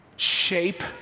shape